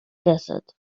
desert